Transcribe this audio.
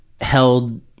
held